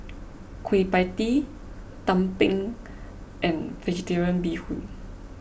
Kueh Pie Tee Tumpeng and Vegetarian Bee Hoon